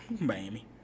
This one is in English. Miami